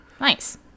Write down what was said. Nice